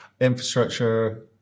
infrastructure